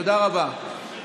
תודה רבה.